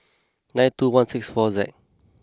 nine two one six four Z